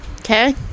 Okay